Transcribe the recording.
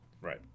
right